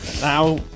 Now